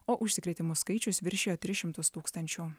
o užsikrėtimų skaičius viršijo tris šimtus tūkstančių